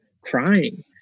crying